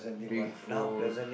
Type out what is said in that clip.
drink food